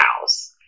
house